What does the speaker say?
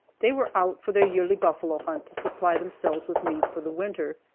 they were out for their yearly buffalo hunt to supply themselves with meat for the winter.